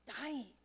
dying